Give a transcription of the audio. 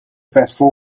vessel